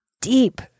deep